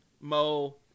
Mo